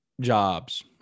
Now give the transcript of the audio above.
Jobs